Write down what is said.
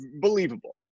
believable